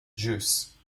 juice